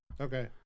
Okay